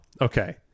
okay